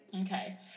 Okay